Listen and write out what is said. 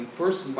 first